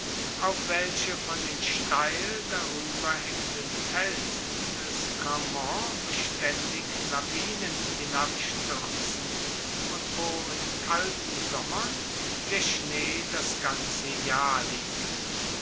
auf welche von den steil darueber haengenden felsen des cramont bestaendig lawinen hinabstuerzen und wo in kalten sommern der schnee das ganze jahr liegt